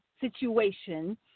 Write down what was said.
situation